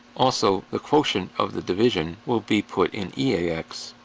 also, the quotient of the division will be put in eax,